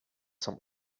some